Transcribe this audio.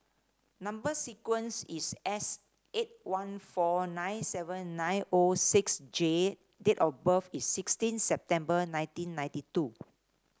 number sequence is S eight one four nine seven nine O six J date of birth is sixteen September nineteen ninety two